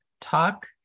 talk